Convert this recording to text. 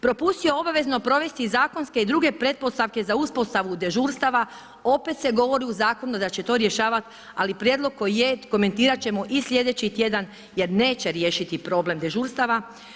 Propustio obavezno provesti zakonske i druge pretpostavke za uspostavu dežurstava, opet se govori u zakonu da će to rješavati ali prijedlog koji je, komentirat ćemo i slijedeći tjedan jer neće riješiti problem dežurstava.